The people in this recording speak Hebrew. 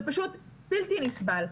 זה פשוט בלתי נסבל.